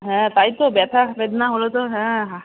হ্যাঁ তাই তো ব্যথা বেদনা হলে তো হ্যাঁ হ্যাঁ